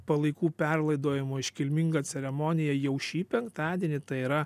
palaikų perlaidojimo iškilminga ceremonija jau šį penktadienį tai yra